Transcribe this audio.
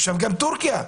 קם טורקיה,